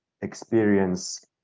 experience